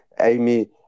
Amy